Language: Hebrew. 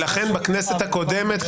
לכן בכנסת הקודמת,